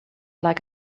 like